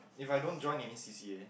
if I don't join any C_C_A